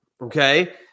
Okay